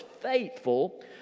faithful